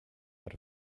out